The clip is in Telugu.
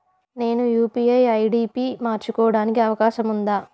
నేను యు.పి.ఐ ఐ.డి పి మార్చుకోవడానికి అవకాశం ఉందా?